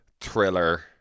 thriller